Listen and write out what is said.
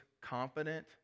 confident